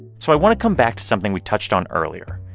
so i want to come back to something we touched on earlier.